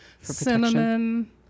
Cinnamon